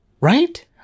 Right